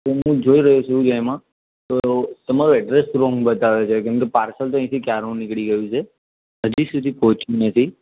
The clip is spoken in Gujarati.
હું જોઈ રહ્યો છું જે એમાં તો તમારું એડ્રેસ રોન્ગ બતાવે છે કેમ કે પાર્સલ તો અહીંથી ક્યારનું નીકળી ગયું છે હજી સુધી પહોંચ્યું નથી